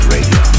Radio